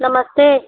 नमस्ते